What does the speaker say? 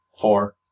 Four